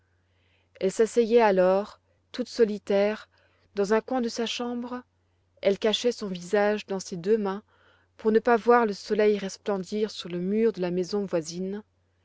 elle s'asseyait alors toute solitaire dans un coin de sa chambre elle cachait son visage dans ses deux mains pour ne pas voir le soleil resplendir sur le mur de la maison voisine